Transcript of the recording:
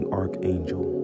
archangel